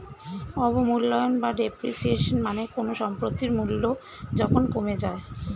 অবমূল্যায়ন বা ডেপ্রিসিয়েশন মানে কোনো সম্পত্তির মূল্য যখন কমে যায়